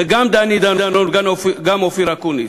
וגם דני דנון וגם אופיר אקוניס,